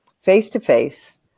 face-to-face